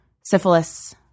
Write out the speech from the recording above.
syphilis